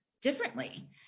differently